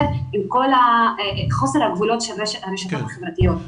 עם כל חוסר הגבולות שברשתות החברתיות.